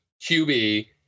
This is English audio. QB